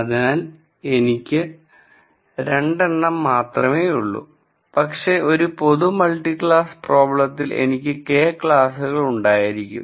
അതിനാൽ ഇവിടെ എനിക്ക് 2 എണ്ണം മാത്രമേ ഉള്ളൂ പക്ഷേ ഒരു പൊതു മൾട്ടിക്ലാസ് പ്രോബ്ലത്തിൽ എനിക്ക് K ക്ലാസുകൾ ഉണ്ടായിരിക്കാം